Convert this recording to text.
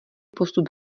postup